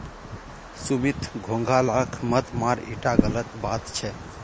सुमित घोंघा लाक मत मार ईटा गलत बात छ